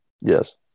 Yes